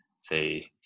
say